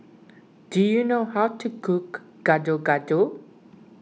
do you know how to cook Gado Gado